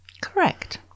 Correct